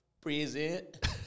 present